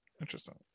Interesting